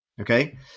okay